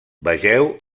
vegeu